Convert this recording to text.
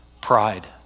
pride